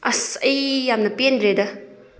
ꯑꯁ ꯑꯩ ꯌꯥꯝꯅ ꯄꯦꯟꯗ꯭ꯔꯦꯗ